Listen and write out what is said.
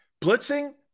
blitzing